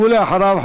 ואחריו,